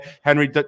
Henry